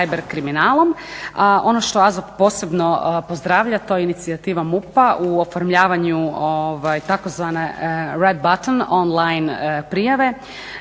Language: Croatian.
ono što AZOP posebno pozdravlja to je inicijativa MUP-a u oformljavaju takozvane red bootten on line prijave